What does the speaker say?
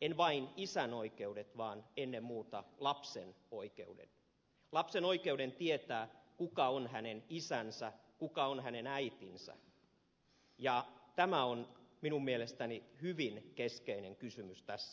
en vain isän oikeudet vaan ennen muuta lapsen oikeuden lapsen oikeuden tietää kuka on hänen isänsä kuka on hänen äitinsä ja tämä on minun mielestäni hyvin keskeinen kysymys tässä aloitteessa